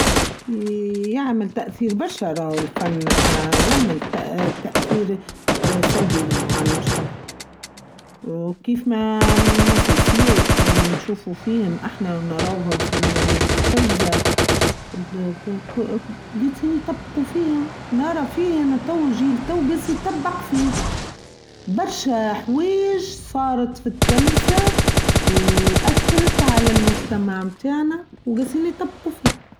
يعمل تأثير برشا روى الفن يعمل تأثير سلبي روى على المجتمع وكيف ما مسلسلات نشوفوا فيهم احنا ونراوهم في التلفزة جايسين يتبقوا فيهم نرا فيه هنا تو جيل تو جايسين يتبقوا فيه برشا حويييش صارت في التلفزة واثرت على المجتمع بتاعنا وجايسين يتبقوا فيه.